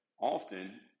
often